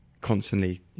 constantly